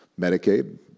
Medicaid